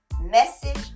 message